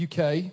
UK